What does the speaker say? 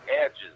edges